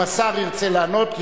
אם השר ירצה לענות,